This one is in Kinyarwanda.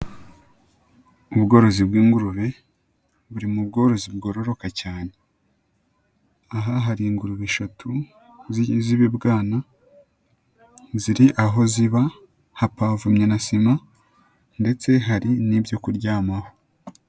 Ubworozi bw'ingurube buri mu bworozi bwororoka cyane, aha hari ingurube eshatu z'ibibwana, ziri aho ziba hapavomye na sima ndetse hari n'ibyo kuryamaho.